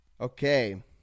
okay